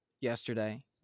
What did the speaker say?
yesterday